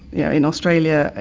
yeah in australia,